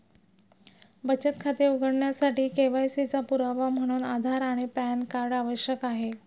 बचत खाते उघडण्यासाठी के.वाय.सी चा पुरावा म्हणून आधार आणि पॅन कार्ड आवश्यक आहे